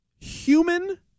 human